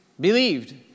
believed